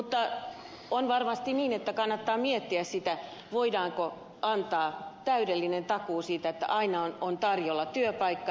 mutta on varmasti niin että kannattaa miettiä sitä voidaanko antaa täydellinen takuu siitä että aina on tarjolla työpaikka